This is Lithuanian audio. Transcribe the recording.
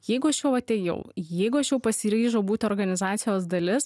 jeigu aš jau atėjau jeigu aš jau pasiryžau būti organizacijos dalis